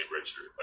Richard